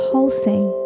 pulsing